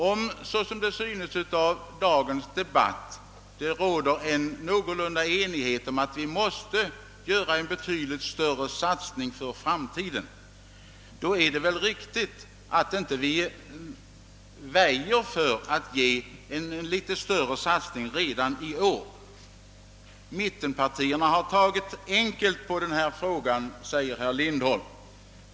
Om det — såsom synes framgå av dagens debatt — råder någorlunda enighet om att vi måste göra en betydligt större satsning i framtiden, så är det väl riktigt att inte väja för att lämna ett något större bidrag redan i år. Mittenpartierna har tagit enkelt på denna fråga, sade herr Lindholm.